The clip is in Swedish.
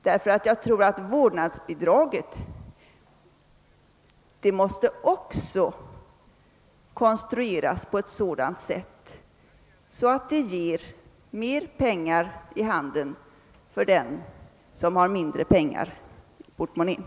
Jag tror nämligen att vårdnadsbidraget också måste konstrueras så, att de ger mer pengar i handen för den som har mindre med pengar i portmonnan.